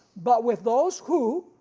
but with those who,